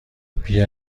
بیا